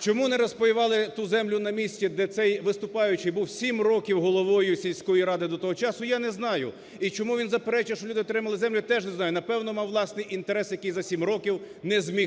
чому не розпаювали ту землю на місці, де цей виступаючий був сім років головою сільської ради до того часу, я не знаю і чому він заперечує, що люди отримали землю теж не знаю. Напевно, мав власний інтерес, який за сім років не зміг реалізувати.